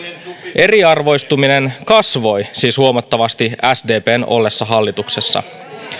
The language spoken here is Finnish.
eriarvoistuminen siis kasvoi huomattavasti sdpn ollessa hallituksessa